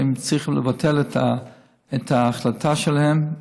הם צריכים לבטל את ההחלטה שלהם,